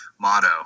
motto